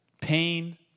pain